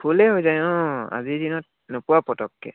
ফুলেই হৈ যায় ন আজিৰ দিনত নোপোৱা পটককৈ